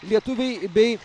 lietuviai bei